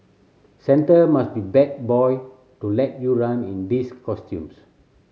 Santa must be bad boy to let you run in these costumes